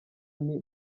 nti